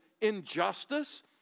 injustice